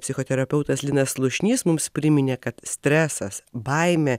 psichoterapeutas linas slušnys mums priminė kad stresas baimė